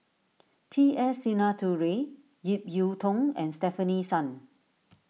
T S Sinnathuray Ip Yiu Tung and Stefanie Sun